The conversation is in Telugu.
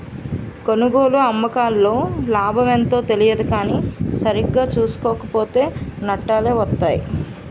కొనుగోలు, అమ్మకాల్లో లాభమెంతో తెలియదు కానీ సరిగా సూసుకోక పోతో నట్టాలే వొత్తయ్